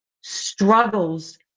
struggles